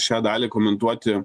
šią dalį komentuoti